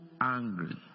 angry